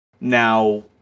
Now